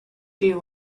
you